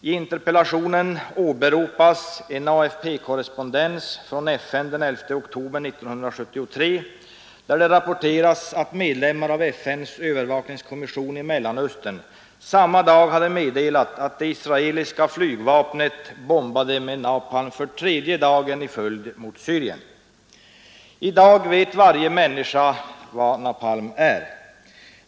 I interpellationen åberopas en AFP korrespondens från FN den 11 oktober 1973, där det rapporteras att medlemmar av FN:s övervakningskommission i Mellanöstern samma dag hade meddelat att det israeliska flygvapnet bombade med napalm för tredje dagen i följd mot Syrien. I dag vet varje människa vad napalm är.